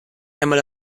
einmal